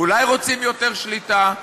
אולי רוצים יותר שליטה?